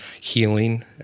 healing